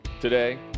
today